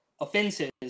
offenses